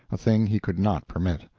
a thing he could not permit.